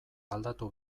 aldatu